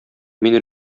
мин